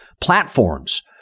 platforms